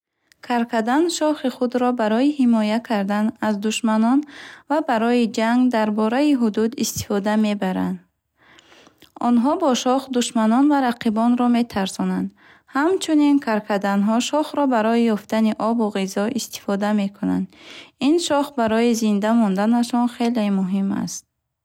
Каркадан шохи худро барои ҳимоя кардан аз душманон ва барои ҷанг дар бораи ҳудуд истифода мебаранд. Онҳо бо шох душманон ва рақибонро метарсонанд. Ҳамчунин, каркаданҳо шохро барои ёфтани обу ғизо истифода мекунанд. Ин шох барои зинда монданашон хеле муҳим аст.